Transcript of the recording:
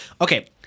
okay